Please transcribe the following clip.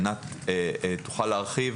ענת תוכל להרחיב